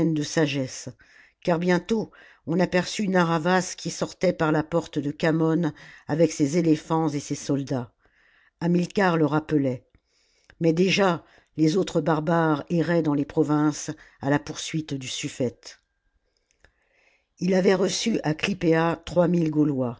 de sagesse car bientôt on aperçut narr'havas qui sortait par la porte de khamon avec ses éléphants et ses soldats hamilcar le rappelait mais déjà les autres barbares erraient dans les provinces à la poursuite du suffete ii avait reçu à clypea